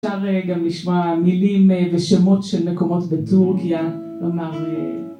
אפשר גם לשמוע מילים ושמות של מקומות בטורקיה, כלומר